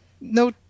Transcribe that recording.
no